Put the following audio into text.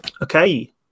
Okay